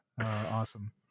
Awesome